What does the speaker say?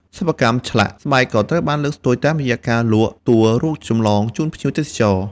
សិប្បកម្មឆ្លាក់ ស្បែកក៏ត្រូវបានលើកស្ទួយតាមរយៈការលក់តួរូបចម្លងជូនភ្ញៀវទេសចរ។